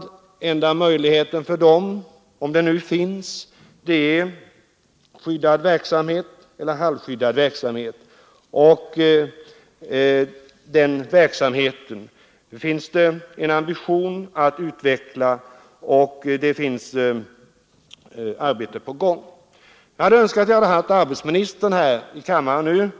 Den enda möjligheten för dem — om den nu finns — är skyddad eller halvskyddad verksamhet. Och där finns det en ambition att utveckla den verksamheten, vilket man också är i färd med att göra. Jag önskar att vi nu hade haft arbetsmarknadsministern här i kammaren,